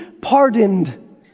pardoned